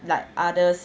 like others